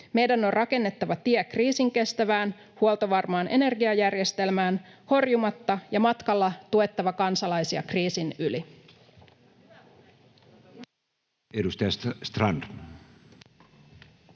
Meidän on rakennettava tie kriisinkestävään, huoltovarmaan energiajärjestelmään horjumatta ja matkalla tuettava kansalaisia kriisin yli.